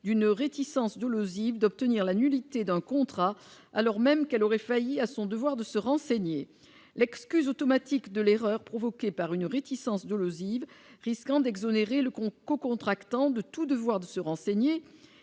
d'une réticence de logique d'obtenir la nullité d'un contrat, alors même qu'elle aurait failli à son devoir de se renseigner l'excuse automatique de l'erreur, provoquée par une réticence Deleuze Yves risquant d'exonérer le co-contractants de tout devoir de se renseigner,